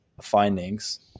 findings